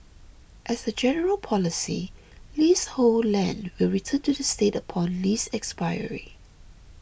as a general policy leasehold land will return to the state upon lease expiry